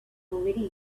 already